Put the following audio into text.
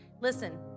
Listen